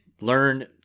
learn